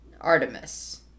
Artemis